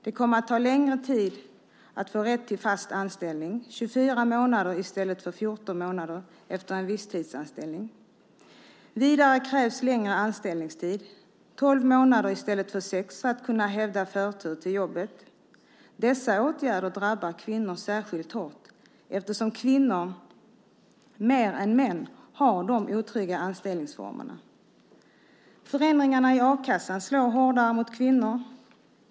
Det kommer att ta längre tid att få rätt till fast anställning, 24 månader i stället för 14 månader efter en visstidsanställning. Vidare krävs längre anställningstid, tolv månader i stället för sex, för att kunna hävda förtur till jobbet. Dessa åtgärder drabbar kvinnor särskilt hårt, eftersom kvinnor mer än män har de otrygga anställningsformerna. Förändringarna i a-kassan slår hårdare mot kvinnor.